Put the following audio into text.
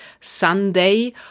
Sunday